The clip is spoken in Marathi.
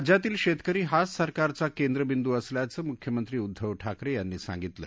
राज्यातील शेतकरी हाच सरकारचा केंद्रबिंदू असल्याचं मुख्यमंत्री उद्धव ठाकरे यांनी सांगितलं